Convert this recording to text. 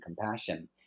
compassion